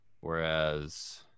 whereas